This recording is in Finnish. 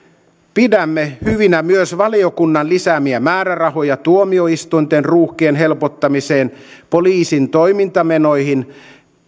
pidämme hyvinä myös valiokunnan lisäämiä määrärahoja tuomioistuinten ruuhkien helpottamiseen poliisin toimintamenoihin